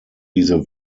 diese